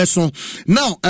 Now